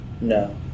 No